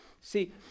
See